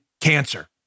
cancer